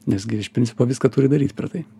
nes gi iš principo viską turi daryt per tai